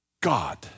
God